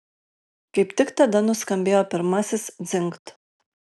kaip tik tada nuskambėjo pirmasis dzingt